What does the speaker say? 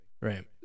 Right